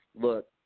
look